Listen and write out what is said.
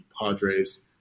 Padres